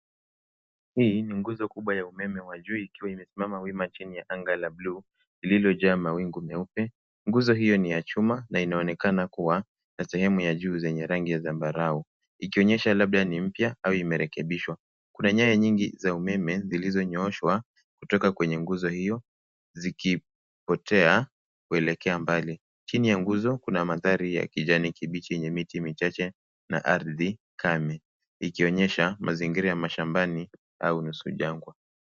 Hii ni nguzo kubwa ya umeme wa juu ikiwa imesimama wima chini ya anga la buluu lililojaa mawingu meupe. Nguzo hiyo ni ya chuma na inaonekana kuwa na ya sehemu ya juu zenye rangi ya zambarau ikionyesha labda ni mpya au imerekebishwa. Kuna nyaya nyingi za umeme zilizonyooshwa kutoka kwenye nguzo hiyo zikipotea kuelekea mbali. Chini ya nguzo kuna mandhari ya kijani kibichi yenye miti michache na ardhi kame ikionyesha mazingira ya mashambani au nusu jangwa.